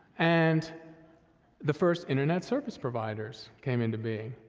and the first internet service providers came into being,